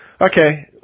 Okay